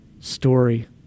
story